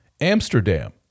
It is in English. Amsterdam